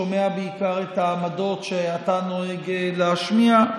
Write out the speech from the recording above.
שומע בעיקר את העמדות שאתה נוהג להשמיע,